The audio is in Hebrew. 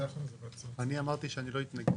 אתה לא יכול --- אני אמרתי שאני לא אתנגד.